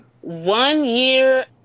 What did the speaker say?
one-year